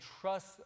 trust